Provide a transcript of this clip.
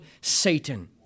Satan